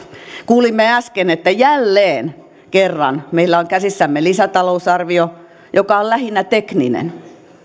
kuulimme äsken että jälleen kerran meillä on käsissämme lisätalousarvio joka on lähinnä tekninen